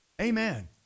Amen